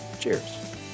Cheers